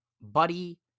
Buddy